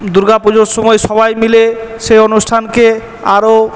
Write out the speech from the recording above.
দুর্গা পুজোর সময় সবাই মিলে সেই অনুষ্ঠানকে আরও